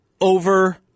over